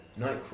Nightcrawler